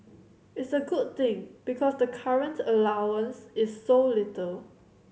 it's a good thing because the current allowance is so little